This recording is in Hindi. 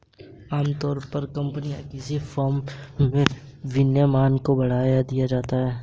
आमतौर पर कम्पनी या किसी फर्म में विनियमन को बढ़ावा दिया जाता है